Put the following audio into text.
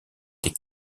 des